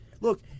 Look